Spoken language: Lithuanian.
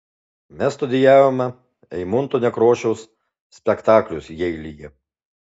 mes studijavome eimunto nekrošiaus spektaklius jeilyje